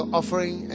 offering